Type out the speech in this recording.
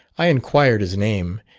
i inquired his name,